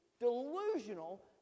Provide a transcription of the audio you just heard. delusional